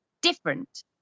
different